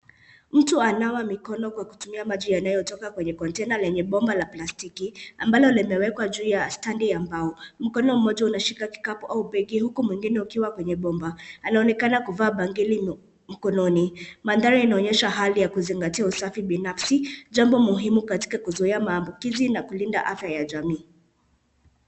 Mtu ananawa mikono kwa kutumia maji yanayotoka kwenye kontena lenye bomba la plastiki, ambalo limewekwa juu ya standi ya mbao. Mkono mmoja unashika kikapu au begi huku mwingine ukiwa kwenye bomba, anaonekana kuvaa bangili mkononi. Mandhari inaonyesha hali ya kuzingatia usafi binafsi, jambo muhimu katika kuzuia maambukizi na kulinda afya ya jamii.